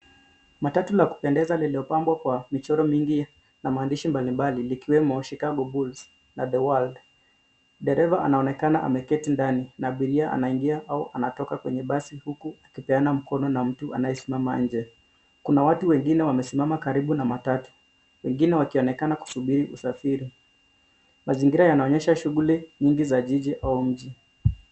Matatu la kupendeza lililopambwa kwa michoro mingi na maandishi mbalimbali likiwemo Chicago Bulls na The World . Dereva anaonekana ameketi ndani na abiria anaingia au anatoka kwenye basi huku akipeana mkono na mtu anayesimama nje. Kuna watu wengine wamesimama karibu na matatu, wengine wakionekana kusubiri usafiri. Mazingira yanaonyesha shughuli nyingi za jiji au mji.